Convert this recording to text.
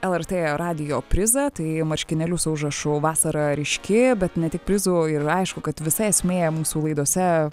lrt radijo prizą tai marškinėlius su užrašu vasara ryški bet ne tik prizų ir aišku kad visa esmė mūsų laidose